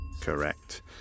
Correct